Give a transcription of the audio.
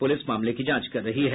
police मामले की जांच कर रही है